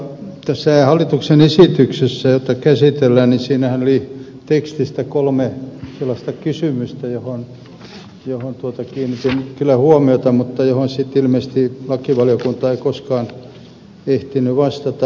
tässä hallituksen esityksessähän jota käsitellään oli perustelutekstissä kolme sellaista kysymystä joihin kiinnitin kyllä huomiota mutta joihin sitten ilmeisesti lakivaliokunta ei koskaan ehtinyt vastata